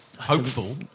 hopeful